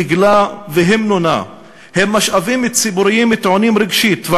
דגלה והמנונה הם משאבים ציבוריים טעונים רגשית,